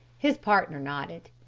his partner nodded.